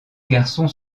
garçon